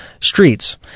streets